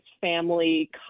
family